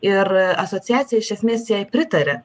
ir asociacija iš esmės jai pritaria